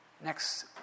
next